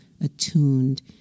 attuned